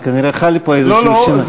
אז כנראה חל פה איזשהו שינוי.